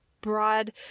broad